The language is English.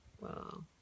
Wow